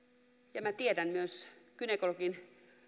ja minä tiedän myös gynekologin